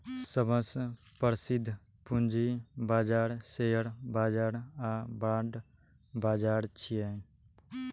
सबसं प्रसिद्ध पूंजी बाजार शेयर बाजार आ बांड बाजार छियै